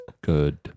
good